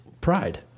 pride